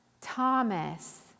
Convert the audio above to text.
Thomas